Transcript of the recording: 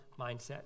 mindset